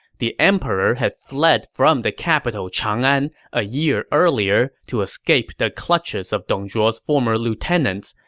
the emperor had fled from the capital changan a year earlier to escape the clutches of dong zhuo's former lieutenants,